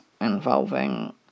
involving